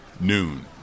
Noon